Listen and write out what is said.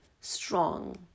strong